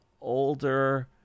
older